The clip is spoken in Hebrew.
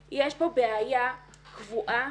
יש פה בעיה קבועה